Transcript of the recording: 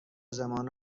زمان